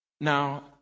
Now